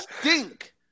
stink